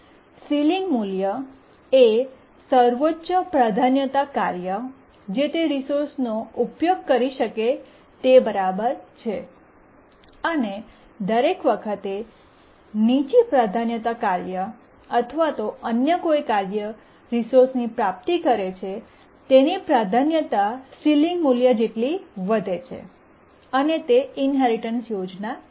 ceiling મૂલ્ય એ સર્વોચ્ચ પ્રાધાન્યતા કાર્ય જે તે રિસોર્સનો ઉપયોગ કરી શકે તે બરાબર છે અને દરેક વખતે નીચી પ્રાધાન્યતા કાર્ય અથવા અન્ય કોઈ કાર્ય રિસોર્સની પ્રાપ્તિ કરે છે તેની પ્રાધાન્યતા સીલીંગ મૂલ્ય સુધી વધે છે અને તેઇન્હેરિટન્સ યોજના છે